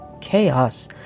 chaos